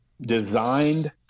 designed